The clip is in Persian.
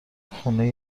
خونه